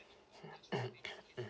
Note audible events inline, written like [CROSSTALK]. [NOISE]